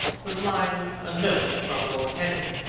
was lying a note from lord henry,